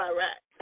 Iraq